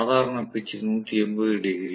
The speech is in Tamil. சாதாரண பிட்ச் 180 டிகிரி